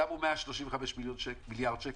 שמו 135 מיליארד שקל,